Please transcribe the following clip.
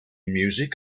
music